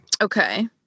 okay